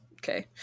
Okay